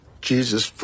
Jesus